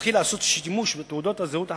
ונתחיל לעשות שימוש בתעודות הזהות החכמות,